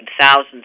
thousands